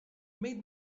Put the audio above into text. made